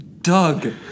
Doug